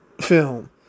film